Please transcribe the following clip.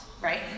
right